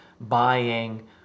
buying